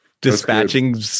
Dispatching